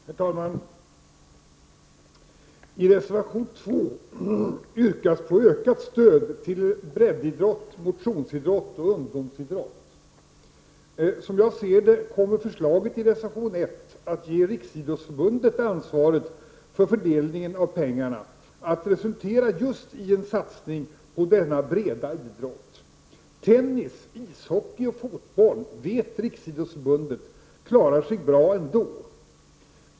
Herr talman! I reservation nr 2 yrkas på ökat stöd till breddidrott, motionsidrott och ungdomsidrott. Som jag ser det kommer förslaget i reservation nr 1, att ge Riksidrottsförbundet ansvaret för fördelningen av pengarna, att resultera just i en satsning på denna breda idrott. Riksidrottsförbundet vet att tennis, ishockey och fotboll klarar sig bra ändå.